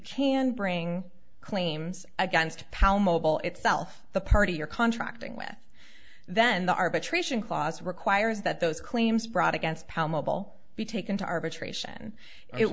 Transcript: can bring claims against pal mobile itself the party your contracting with then the arbitration clause requires that those claims brought against pal mobile be taken to arbitration it